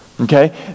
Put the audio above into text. okay